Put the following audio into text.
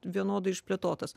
vienodai išplėtotas